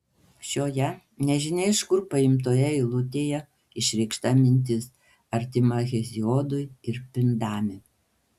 šioje nežinia iš kur paimtoje eilutėje išreikšta mintis artima heziodui ir pindami